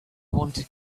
wanted